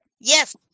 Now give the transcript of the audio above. Yes